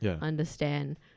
understand